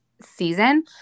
season